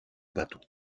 bateaux